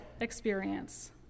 experience